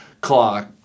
clock